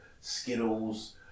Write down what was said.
Skittles